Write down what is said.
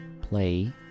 play